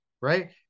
Right